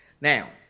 Now